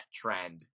trend